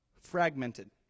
fragmented